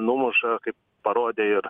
numuša kaip parodė ir